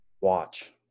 watch